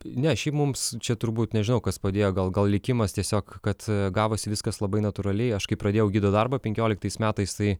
ne šiaip mums čia turbūt nežinau kas padėjo gal gal likimas tiesiog kad gavosi viskas labai natūraliai aš kai pradėjau gido darbą penkioliktais metais tai